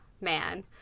man